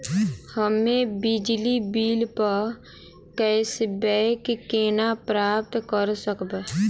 हम्मे बिजली बिल प कैशबैक केना प्राप्त करऽ सकबै?